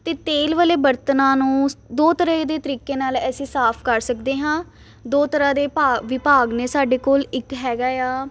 ਅਤੇ ਤੇਲ ਵਾਲੇ ਬਰਤਨਾਂ ਨੂੰ ਦੋ ਤਰ੍ਹਾਂ ਦੇ ਤਰੀਕੇ ਨਾਲ ਅਸੀਂ ਸਾਫ਼ ਕਰ ਸਕਦੇ ਹਾਂ ਦੋ ਤਰ੍ਹਾਂ ਦੇ ਭਾਵ ਵਿਭਾਗ ਨੇ ਸਾਡੇ ਕੋਲ ਇੱਕ ਹੈਗਾ ਆ